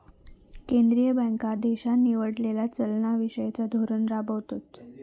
केंद्रीय बँका देशान निवडलेला चलना विषयिचा धोरण राबवतत